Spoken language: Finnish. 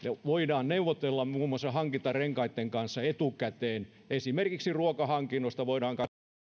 voidaan neuvotella muun muassa hankintarenkaitten kanssa etukäteen esimerkiksi ruokahankinnoista voidaan katsoa onko siellä lähialueilla saatavissa kausituotteita paikallisiin